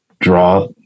draw